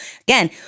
Again